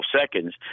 seconds